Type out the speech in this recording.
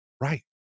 right